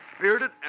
bearded